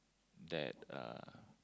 that uh